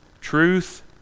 Truth